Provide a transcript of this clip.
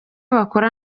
bakora